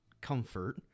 comfort